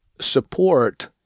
support